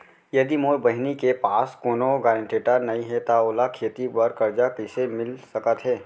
यदि मोर बहिनी के पास कोनो गरेंटेटर नई हे त ओला खेती बर कर्जा कईसे मिल सकत हे?